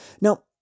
Now